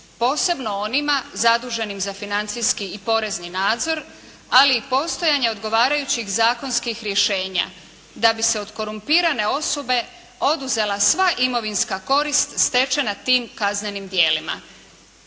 posebno onima zaduženim za financijski i porezni nadzor, ali i postojanje odgovarajućih zakonskih rješenja, da bi se od korumpirane osobe oduzela sva imovinska korist stečena tim kaznenim djelima.